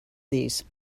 these